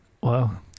Wow